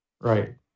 Right